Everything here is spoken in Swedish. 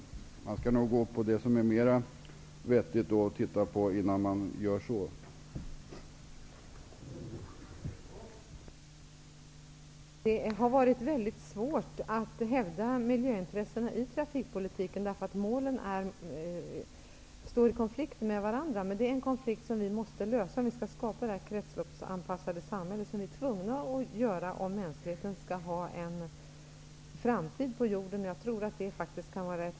Man skall se efter vad som är vettigt innan man gör på det sättet.